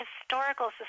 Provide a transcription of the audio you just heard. Historical